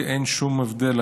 לי אין שום הבדל,